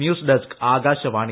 news desk Akashvani